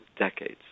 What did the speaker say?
decades